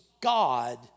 God